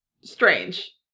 strange